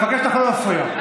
אני מבקש ממך לא להפריע.